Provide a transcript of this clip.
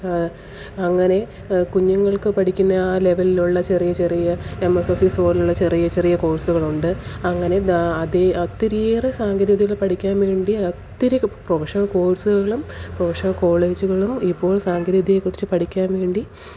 അങ്ങനെ കുഞ്ഞുങ്ങള്ക്ക് പഠിക്കുന്ന ആ ലെവലിലുള്ള ചെറിയ ചെറിയ എമ്മെസ്സോഫീസ് പോലെയുള്ള ചെറിയ ചെറിയ കോഴ്സ്കളുണ്ട് അങ്ങനെ അതെ ഒത്തിരിയേറെ സാങ്കേതിക വിദ്യകള് പഠിക്കാന് വേണ്ടി ഒത്തിരി പ്രൊഫഷണല് കോഴ്സ്കളും പ്രൊഫഷണല് കോളേജുകളും ഇപ്പോള് സാങ്കേതിക വിദ്യയെ കുറിച്ച് പഠിക്കാന് വേണ്ടി